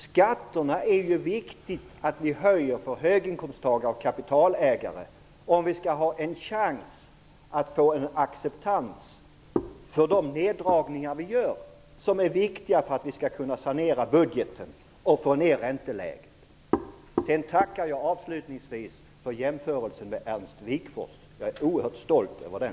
Det är viktigt att vi höjer skatterna för höginkomsttagare och kapitalägare, om vi skall ha en chans att få en acceptans för de neddragningar vi gör, som är viktiga för att vi skall kunna sanera budgeten och få ner ränteläget. Avslutningsvis tackar jag för jämförelsen med Ernst Wigforss. Jag är oerhört stolt över den.